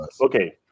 Okay